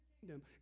kingdom